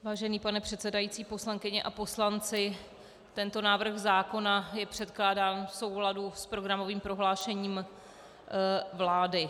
Vážený pane předsedající, poslankyně a poslanci, tento návrh zákona je předkládán v souladu s programovým prohlášením vlády.